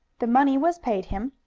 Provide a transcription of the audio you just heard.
the money was paid him,